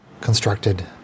Constructed